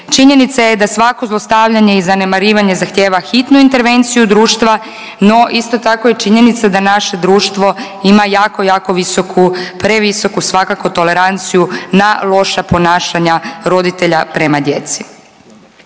Činjenica je da svako zlostavljanje i zanemarivanje zahtijeva hitnu intervenciju društva, no isto tako je činjenica da naše društvo ima jako, jako visoku, previsoku svakako toleranciju na loša ponašanja roditelja prema djeci.